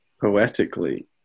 poetically